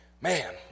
man